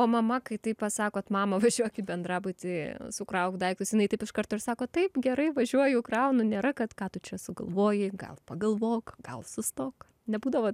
o mama kai taip pasakot mama važiuok į bendrabutį sukrauk daiktus jinai taip iš karto ir sako taip gerai važiuoju kraunu nėra kad ką tu čia sugalvojai gal pagalvok gal sustok nebūdavo